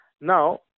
Now